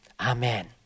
Amen